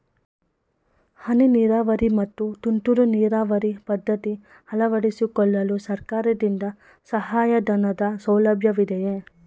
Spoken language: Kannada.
ಹನಿ ನೀರಾವರಿ ಮತ್ತು ತುಂತುರು ನೀರಾವರಿ ಪದ್ಧತಿ ಅಳವಡಿಸಿಕೊಳ್ಳಲು ಸರ್ಕಾರದಿಂದ ಸಹಾಯಧನದ ಸೌಲಭ್ಯವಿದೆಯೇ?